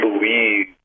believe